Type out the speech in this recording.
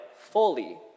fully